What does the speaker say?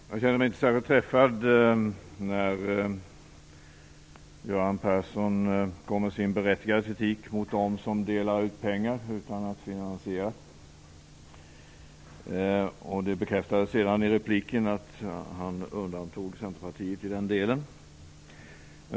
Fru talman! Jag kände mig inte särskilt träffad när Göran Persson kom med sin berättigade kritik mot dem som delar ut pengar utan finansiering. Det bekräftades senare i ett annat inlägg att han undantog Centerpartiet när det gäller detta.